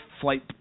Flight